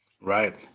Right